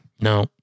No